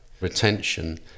retention